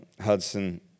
Hudson